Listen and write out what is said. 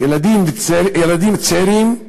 ילדים וצעירים,